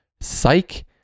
Psych